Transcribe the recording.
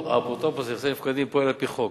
האפוטרופוס לנכסי נפקדים פועל על-פי חוק.